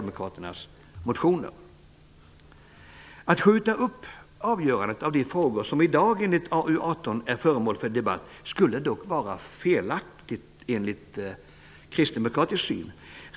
Det framgår av såväl Att skjuta upp avgörandet av de frågor som i dag enligt AU18 är föremål för debatt skulle dock vara felaktigt enligt kristdemokratisk syn.